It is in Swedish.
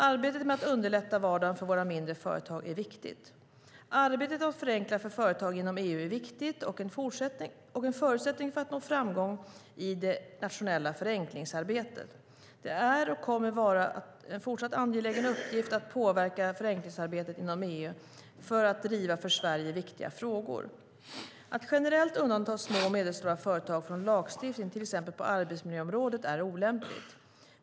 Arbetet med att underlätta vardagen för våra mindre företag är viktigt. Arbetet med att förenkla för företag inom EU är viktigt och en förutsättning för att nå framgång i det nationella förenklingsarbetet. Det är och kommer att fortsätta vara en angelägen uppgift att påverka förenklingsarbetet inom EU för att driva för Sverige viktiga frågor. Att generellt undanta små och medelstora företag från lagstiftning, till exempel på arbetsmiljöområdet, är olämpligt.